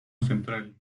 central